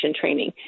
training